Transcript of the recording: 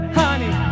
honey